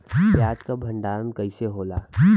प्याज के भंडारन कइसे होला?